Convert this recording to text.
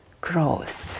growth